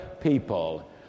people